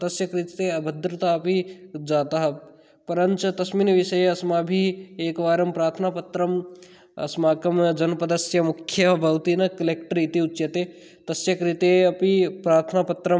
तस्य कृते अभद्रता अपि जातः परञ्च तस्मिन् विषये अस्माभिः एकवारं प्रार्थनापत्रम् अस्माकं जनपदस्य मुख्यः भवति न कलेक्टर् इति उच्यते तस्य कृते अपि प्रार्थनापत्रम्